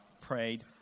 prayed